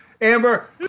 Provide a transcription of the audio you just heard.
Amber